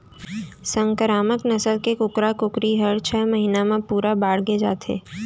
संकरामक नसल के कुकरा कुकरी ह छय महिना म पूरा बाड़गे जाथे